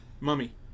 Mummy